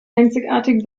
einzigartige